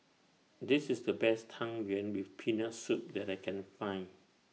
This IS The Best Tang Yuen with Peanut Soup that I Can Find